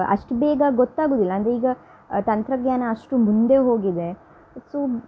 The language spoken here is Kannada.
ಅಷ್ಟು ಬೇಗ ಗೊತ್ತಾಗೋದಿಲ್ಲ ಅಂದರೆ ಈಗ ತಂತ್ರಜ್ಞಾನ ಅಷ್ಟು ಮುಂದೆ ಹೋಗಿದೆ ಸೊ